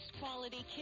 quality